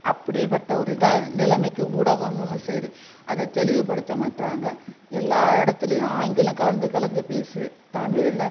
அப்படிப்பட்ட ஒரு இதுதான் நிலமைக்கு ஊடகங்களும் சரி அதை தெளிவுப்படுத்த மாட்டேறாங்க எல்லா இடத்துலேயும் ஆங்கிலம் கலந்து கலந்து பேசி தமிழில்